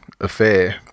affair